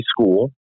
school